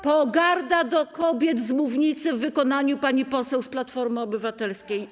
Pogarda dla kobiet z mównicy w wykonaniu pani poseł z Platformy Obywatelskiej.